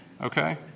Okay